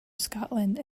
scotland